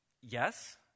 Yes